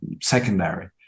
secondary